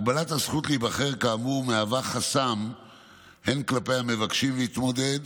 הגבלת הזכות להיבחר כאמור מהווה חסם הן כלפי המבקשים להתמודד